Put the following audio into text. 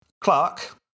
Clark